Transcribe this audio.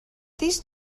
these